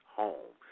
home